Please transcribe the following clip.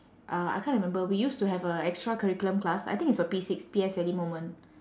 uh I can't remember we used to have a extra curriculum class I think it's for P six P_S_L_E moment